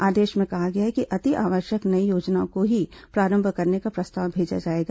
आदेश में कहा गया है कि अति आवश्यक नई योजनाओं को ही प्रारंभ करने का प्रस्ताव भेजा जाएगा